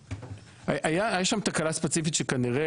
הייתה שם תקלה ספציפית שכנראה,